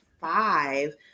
five